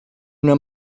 una